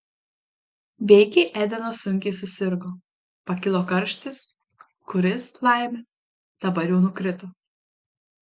veikiai edenas sunkiai susirgo pakilo karštis kuris laimė dabar jau nukrito